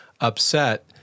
upset